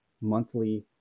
monthly